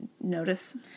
notice